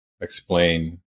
explain